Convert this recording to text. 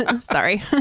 Sorry